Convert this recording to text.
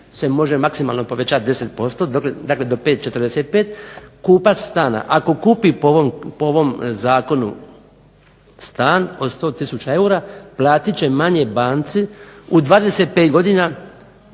se može maksimalno povećat 10%, dakle do 5,45%. Kupac stana ako kupi po ovom zakonu stan od 100000 eura platit će manje banci u 25 godina